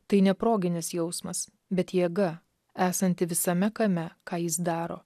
tai ne proginis jausmas bet jėga esanti visame kame ką jis daro